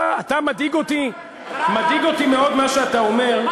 אתה, מדאיג אותי, מדאיג אותי מאוד מה שאתה אומר.